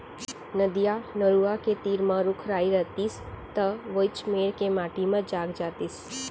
नदिया, नरूवा के तीर म रूख राई रइतिस त वोइच मेर के माटी म जाग जातिस